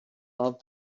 love